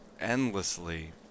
endlessly